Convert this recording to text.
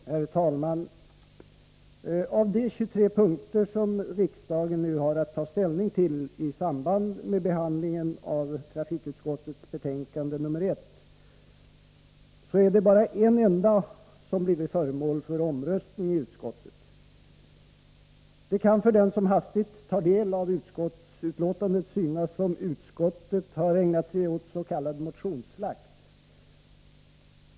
Herr talman! Av de 23 punkter som riksdagen nu har att ta ställning till i samband med behandlingen av trafikutskottets betänkande nr 1 är det bara en enda som har blivit föremål för omröstning i utskottet. För den som hastigt tar del av utskottsbetänkandet kan det synas som om utskottet har ägnat sig åt s.k. motionsslakt.